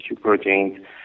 proteins